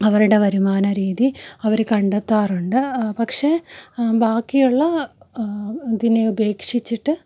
അവരുടെ വരുമാന രീതി അവർ കണ്ടെത്താറുണ്ട് പക്ഷേ ബാക്കിയുള്ള ഇതിനെ ഉപേക്ഷിച്ചിട്ട്